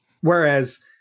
Whereas